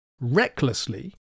Recklessly